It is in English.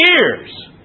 years